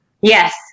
Yes